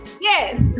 Yes